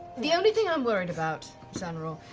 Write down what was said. the only thing i'm worried about, zanror,